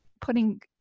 putting